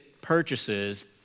purchases